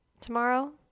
tomorrow